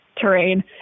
terrain